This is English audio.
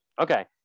Okay